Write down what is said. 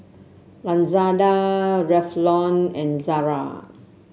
Lazada Revlon and Zara